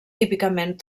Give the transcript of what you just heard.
típicament